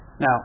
Now